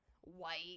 white